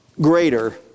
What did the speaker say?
greater